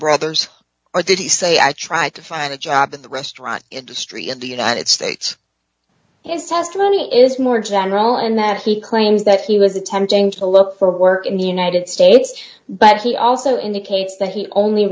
brothers or did he say i tried to find a job at the restaurant industry of the united states his testimony is more general and that he claims that he was attempting to look for work in the united states but he also indicates that he only